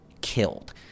killed